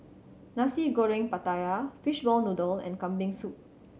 Nasi Goreng Pattaya Fishball Noodle and Kambing Soup